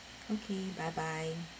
okay bye bye